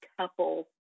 couple